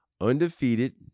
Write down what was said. undefeated